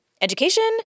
Education